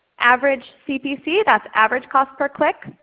average cpc, that's average cost per click.